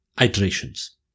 iterations